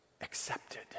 accepted